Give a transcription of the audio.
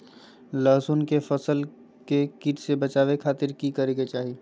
लहसुन के फसल के कीट से बचावे खातिर की करे के चाही?